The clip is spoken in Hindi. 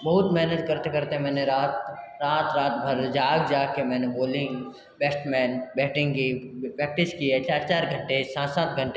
बहुत मेहनत करते करते मैंने रात रात रात भर जाग जाग कर मैंने बोलिंग बैट्समैन बैटिंग की प्रैक्टिस की है चार चार घंटे सात सात घंटे